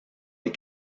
des